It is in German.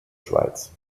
schweiz